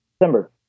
December